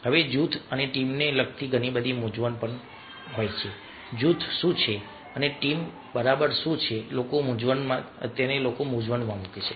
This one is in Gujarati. હવે જૂથ અને ટીમને લગતી ઘણી વાર મૂંઝવણ આવે છે જૂથ શું છે અને ટીમ બરાબર શું છે લોકો મૂંઝવણમાં મૂકે છે